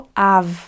av